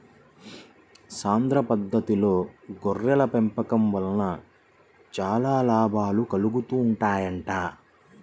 సాంద్ర పద్దతిలో గొర్రెల పెంపకం వలన చాలా లాభాలు కలుగుతాయంట